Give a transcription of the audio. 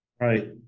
Right